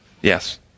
Yes